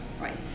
Right